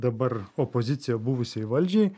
dabar opozicija buvusiai valdžiai